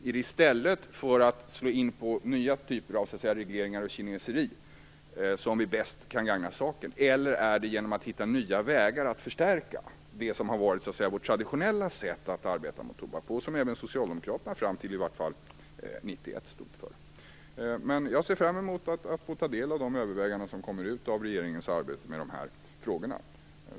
Kan vi bäst gagna saken genom nya typer av regleringar och kineseri? Eller är det bättre att hitta nya vägar så att vårt traditionella sätt att arbeta med tobak förstärks? Det synsättet hade även socialdemokraterna, i varje fall fram till 1991. Jag ser fram emot att få ta del av resultatet av regeringens arbete med dessa frågor.